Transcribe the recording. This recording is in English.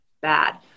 bad